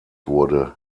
wurde